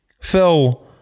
Phil